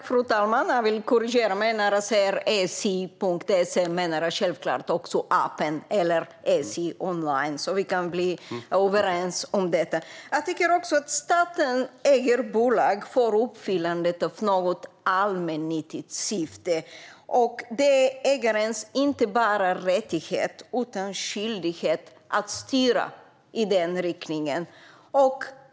Fru talman! Jag vill korrigera mig. När jag talade om sj.se menade jag självklart också appen eller SJ online. Staten äger bolag i ett allmännyttigt syfte, och det är inte bara ägarens rättighet utan också ägarens skyldighet att styra i den riktningen.